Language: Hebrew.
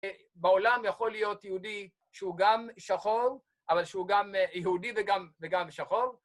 בעולם יכול להיות יהודי שהוא גם שחור, אבל שהוא גם יהודי וגם שחור.